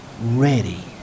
Ready